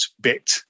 bit